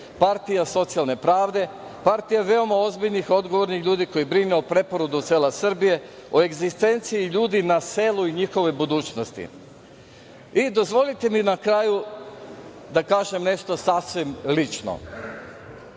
Partija socijalne pravde, partija veoma ozbiljnih i odgovornih ljudi koji brine o preporodu sela Srbije, o egzistenciji ljudi na selu i njihovoj budućnosti. Dozvolite mi na kraju da kažem nešto sasvim lično.